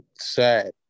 sad